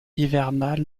hivernal